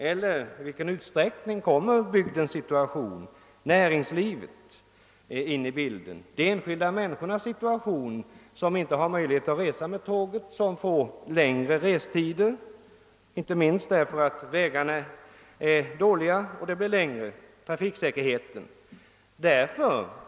I vilken utsträckning kommer bygdens situation in i bilden: näringslivet, de enskilda människornas situation, när de inte längre får möjlighet att resa med tåget utan måste finna sig i längre restider, inte minst därför att vägarna är dåliga och vägsträckorna blir längre?